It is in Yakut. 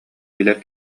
билэр